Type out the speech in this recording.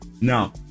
Now